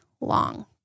long